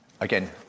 Again